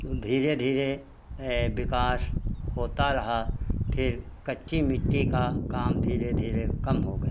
और धीरे धीरे ए विकास होता रहा फिर कच्ची मिट्टी का काम धीरे धीरे कम हो गया